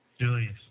Julius